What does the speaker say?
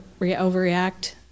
overreact